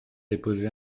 déposé